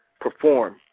perform